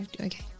Okay